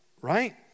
right